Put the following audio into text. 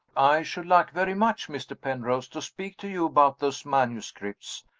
i should like very much, mr. penrose, to speak to you about those manuscripts,